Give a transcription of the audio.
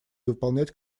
выполнять